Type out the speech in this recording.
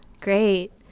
Great